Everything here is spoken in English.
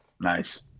Nice